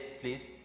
please